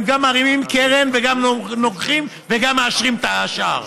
הם גם מרימים קרן וגם נוגחים וגם מאשרים את השער,